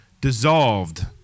dissolved